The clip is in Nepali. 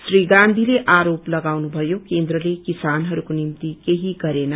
श्री गान्थीले आरोप लगाउनुषयो केन्द्रले किसानहरूको निभ्ति केही गरेन